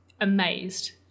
amazed